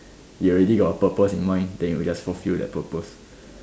you already got a purpose in mind then you just fulfill that purpose